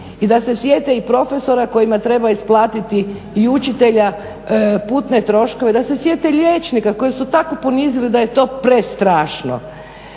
i da se sjete i profesora kojima treba isplatiti i učitelja putne troškove, da se sjete liječnika koje su tako ponizili da je to prestrašno,